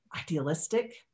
idealistic